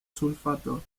sulfato